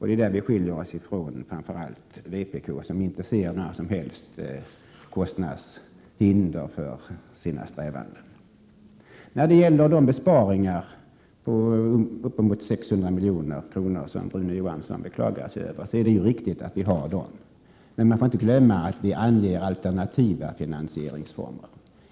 Det är där vi skiljer oss från framför allt vpk, som inte ser några som helst kostnadshinder för sina strävanden. Det är riktigt att vi vill göra de besparingar på uppemot 600 miljoner som Rune Johansson beklagar sig över. Man får emellertid inte glömma bort att vi anger alternativa finansieringsformer.